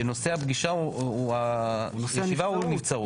שנושא הישיבה הוא נבצרות.